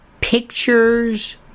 pictures